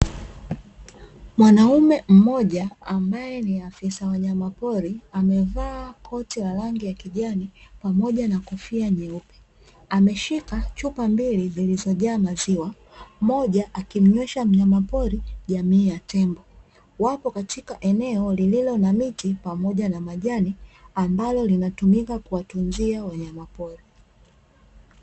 Mwanaume mmoja ambaye ni afisa wanyamapori amevaa koti la rangi ya kijani pamoja na kofia nyeupe, ameshika chupa mbili zilizojaa maziwa, moja akimnywesha mnyamapori jamii ya tembo, wapo katika eneo lililo na miti pamoja na majani ambalo linatumika kuwatunzia wanyamapori.